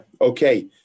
okay